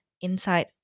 inside